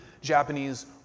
Japanese